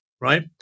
right